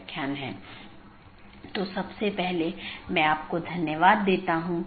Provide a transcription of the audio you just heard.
तो एक BGP विन्यास एक ऑटॉनमस सिस्टम का एक सेट बनाता है जो एकल AS का प्रतिनिधित्व करता है